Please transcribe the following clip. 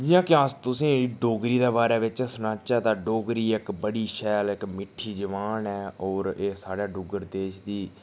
जि'यां कि अस तुसेंगी डोगरी दे बारै बिच्च सनाचै तां डोगरी इक बड़ी शैल इक मिट्ठी जबान ऐ होर एह् साढ़ै डुग्गर देश दी